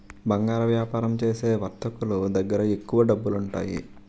బంగారు వ్యాపారం చేసే వర్తకులు దగ్గర ఎక్కువ డబ్బులుంటాయి